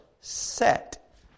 set